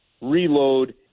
reload